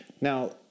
Now